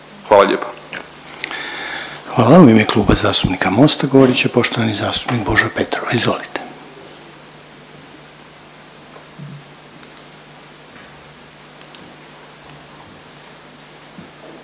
Hvala. U ime Kluba zastupnika Mosta govorit će poštovani zastupnik Božo Petrov. Izvolite.